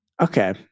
Okay